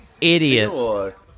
idiots